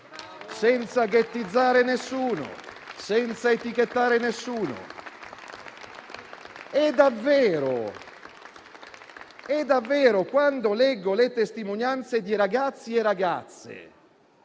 senza ghettizzare alcuno, senza etichettare alcuno. E davvero, quando leggo le testimonianze di ragazzi e ragazze